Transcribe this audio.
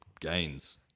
gains